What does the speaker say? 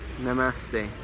Namaste